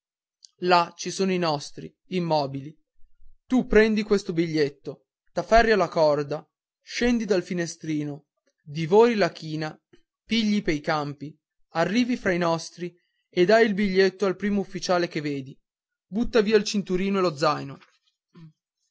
là ci sono i nostri immobili tu prendi questo biglietto t'afferri alla corda scendi dal finestrino divori la china pigli pei campi arrivi fra i nostri e dai il biglietto al primo ufficiale che vedi butta via il cinturino e lo zaino